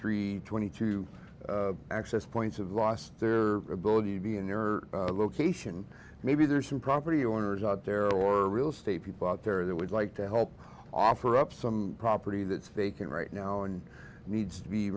three twenty two access points have lost their ability to be in your location maybe there's some property owners out there or real estate people out there that would like to help offer up some property that's vacant right now and needs to be